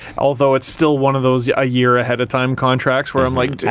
although it's still one of those yeah year ahead of time contracts where i'm like. dude.